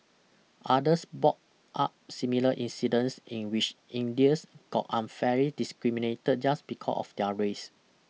others brought up similar incidents in which Indians got unfairly discriminated just because of their race